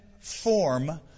form